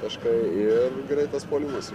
taškai ir greitas puolimas